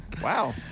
Wow